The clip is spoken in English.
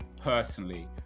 personally